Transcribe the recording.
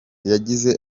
yagize